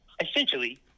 Essentially